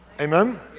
Amen